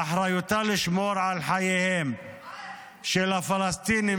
באחריותה לשמור על חייהם של הפלסטינים